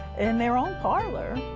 in their own parlor,